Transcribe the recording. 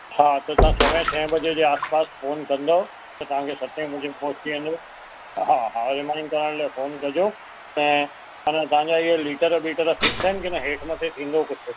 हा त तव्हां सवाएं छह बजे जे आसपास फ़ोन कंदौ त तव्हांखे सते बजे पहुची वेंदो हा हा रिमाइंड कराइण लाइ फ़ोन कॼो ऐं माना तव्हांजा इहो लीटर वीटर फिक्स आहिनि की न हेठि मथे थींदो कुझु